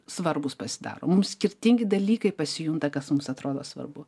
svarbūs pasidaro mums skirtingi dalykai pasijunta kas mums atrodo svarbu